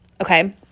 okay